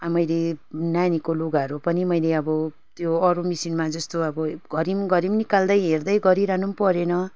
मैले नानीको लुगाहरू पनि मैले अब त्यो अरू मेसिनमा जस्तो घरी घरी निकाल्दै हेर्दै गरिरहनु परेन